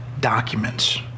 documents